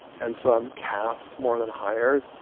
and so i'm cast more than hired.